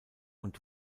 und